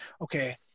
okay